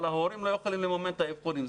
אבל ההורים לא יכולים לממן את האבחונים.